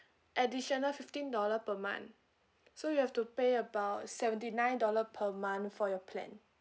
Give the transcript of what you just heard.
additional fifteen dollar per month so you have to pay about seventy nine dollar per month for your plan